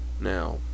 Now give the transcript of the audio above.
Now